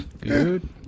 Good